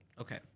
Okay